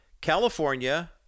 California